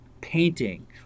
painting